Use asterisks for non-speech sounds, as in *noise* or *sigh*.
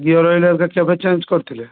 gear *unintelligible* କେବେ change କରିଥିଲେ